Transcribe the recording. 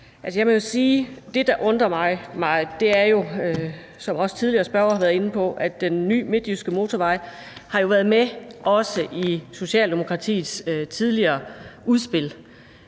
det, der undrer mig meget, jo er, som også tidligere spørgere har været inde på, at den nye midtjyske motorvej også har været en del af Socialdemokratiets tidligere udspil.